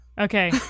Okay